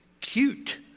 cute